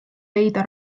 leida